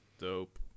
Dope